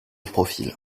profil